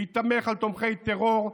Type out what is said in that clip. להיתמך על ידי תומכי טרור,